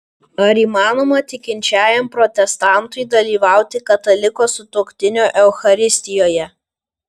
ar įmanoma tikinčiajam protestantui dalyvauti kataliko sutuoktinio eucharistijoje